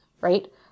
right